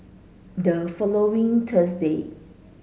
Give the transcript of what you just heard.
the following Thursday